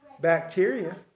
bacteria